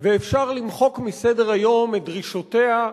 ואפשר למחוק מסדר-היום את דרישותיה,